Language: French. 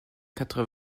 quatre